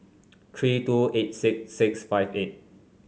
three two eight six six five eight